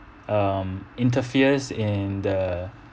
um interferes in the